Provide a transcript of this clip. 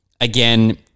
again